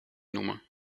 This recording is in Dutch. noemen